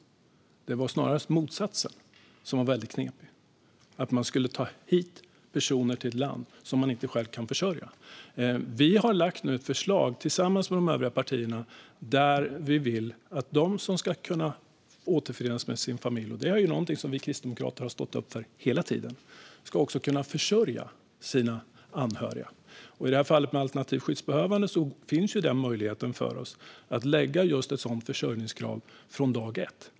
Det var snarare motsatsen som var knepig, att man skulle ta med personer som man inte kan försörja till ett land. Vi har nu tillsammans med de övriga partierna lagt fram ett förslag om att de som ska återförenas med sin familj - det är något som vi kristdemokrater hela tiden har stått upp för - också ska kunna försörja sina anhöriga. I fallet med alternativt skyddsbehövande finns möjligheten för oss att lägga ett sådant försörjningskrav från dag ett.